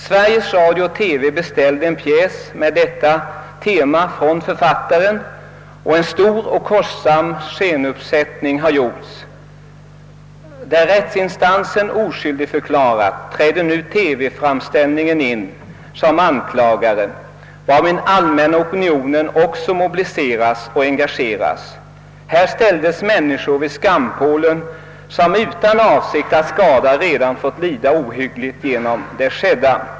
Sveriges Radio-TV beställde en pjäs med detta tema från författaren, och en stor och kostsam scenuppsättning har gjorts. Där rättsinstansen oskyldigförklarat träder nu TV-framställningen in som anklagare, varvid allmänna opinionen också mobiliseras och engageras. Här ställdes människor vid skampålen, som utan avsikt att skada redan fått lida ohyggligt genom det skedda.